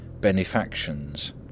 benefactions